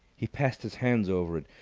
he passed his hands over it.